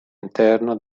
interno